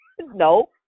No